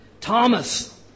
Thomas